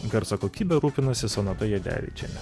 garso kokybe rūpinosi sonata jadevičienė